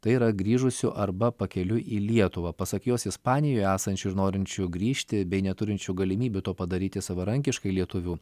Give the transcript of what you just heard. tai yra grįžusių arba pakeliui į lietuvą pasak jos ispanijoje esančių ir norinčių grįžti bei neturinčių galimybių to padaryti savarankiškai lietuvių